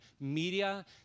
Media